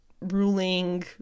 ruling